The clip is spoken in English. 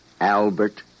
Albert